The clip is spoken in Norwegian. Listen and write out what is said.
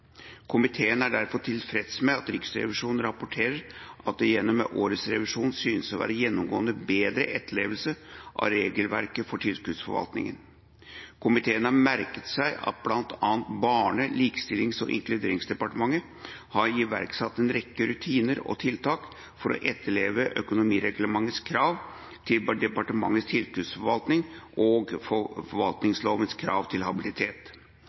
Komiteen er derfor tilfreds med at Riksrevisjonen rapporterer at det gjennom årets revisjon synes å være gjennomgående bedre etterlevelse av regelverket for tilskuddsforvaltning. Komiteen har merket seg at bl.a. Barne-, likestillings- og inkluderingsdepartementet har iverksatt en rekke rutiner og tiltak for å etterleve økonomireglementets krav til departementets tilskuddsforvaltning og forvaltningslovens krav til habilitet.